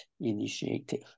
initiative